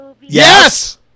yes